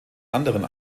anderen